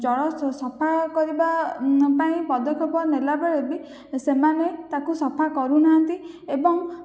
ଜଳ ସଫା କରିବା ପାଇଁ ପଦକ୍ଷେପ ନେଲାବେଳେ ବି ସେମାନେ ତାକୁ ସଫା କରୁନାହାନ୍ତି ଏବଂ